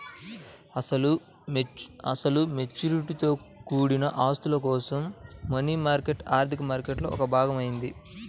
అసలు మెచ్యూరిటీలతో కూడిన ఆస్తుల కోసం మనీ మార్కెట్ ఆర్థిక మార్కెట్లో ఒక భాగం అయింది